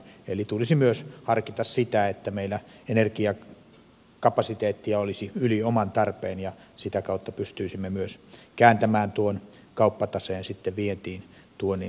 eli tulisi myös harkita sitä että meillä energiakapasiteettia olisi yli oman tarpeen ja sitä kautta pystyisimme myös kääntämään tuon kauppataseen sitten vientiin tuonnin sijasta